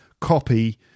copy